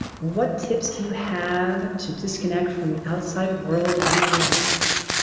what tips do you have to disconnect from the outside world and relax